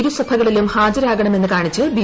ഇരുസഭകളിലും ഹാജരാകണമെന്ന് ക്യാണിച്ച് ബി